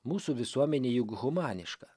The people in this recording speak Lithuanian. mūsų visuomenė juk humaniška